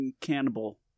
cannibal